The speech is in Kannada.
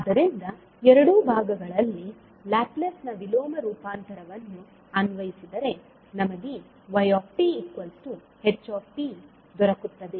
ಆದ್ದರಿಂದ ಎರಡೂ ಬದಿಗಳಲ್ಲಿ ಲ್ಯಾಪ್ಲೇಸ್ ನ ವಿಲೋಮ ರೂಪಾಂತರವನ್ನು ಅನ್ವಯಿಸಿದರೆ ನಮಗೆ y h ದೊರಕುತ್ತದೆ